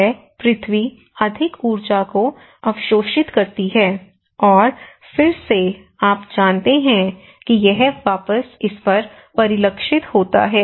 यह पृथ्वी अधिक ऊर्जा को अवशोषित करती है और फिर से आप जानते हैं कि यह वापस इस पर परिलक्षित होता है